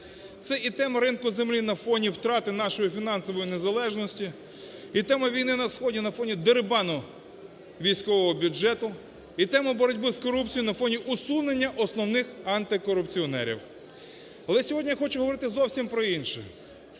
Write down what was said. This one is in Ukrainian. це і тема ринку землі на фоні втрати нашої фінансової незалежності і тема війни на сході на фонідерибану військового бюджету, і тема боротьби з корупцією на фоні усунення основних антикорупціонерів. Але сьогодні я хочу говорити зовсім про інше,